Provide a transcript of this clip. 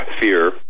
fear